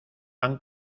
han